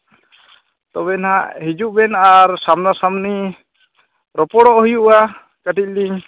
ᱛᱚᱵᱮᱱᱟᱜ ᱦᱤᱡᱩᱜ ᱵᱮᱱ ᱟᱨ ᱥᱟᱱᱢᱱᱟ ᱥᱟᱢᱱᱤ ᱨᱚᱯᱚᱲᱚᱜ ᱦᱩᱭᱩᱜᱼᱟ ᱠᱟᱹᱴᱤᱡ ᱞᱤᱧ